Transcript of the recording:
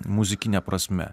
muzikine prasme